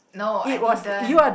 no I didn't